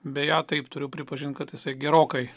be jo taip turiu pripažinti kad tasai gerokai